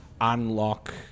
unlock